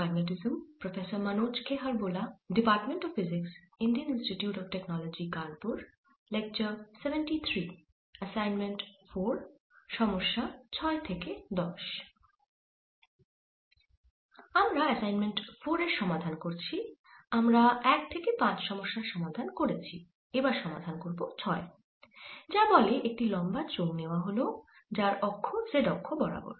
আমরা অ্যাসাইনমেন্ট 4 এর সমাধান করছি আমরা 1 থেকে 5 সমস্যার সমাধান করেছি এবার সমাধান করব 6 যা বলে একটি লম্বা চোঙ নেওয়া হল যার অক্ষ z অক্ষ বরাবর